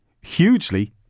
hugely